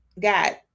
God